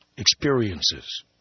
experiences